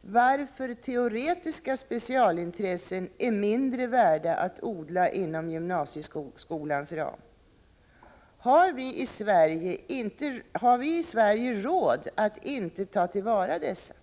varför teoretiska specialintressen är mindre värda att odla inom gymnasieskolans ram! Har vi i Sverige råd att inte ta till vara dessa?